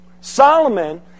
Solomon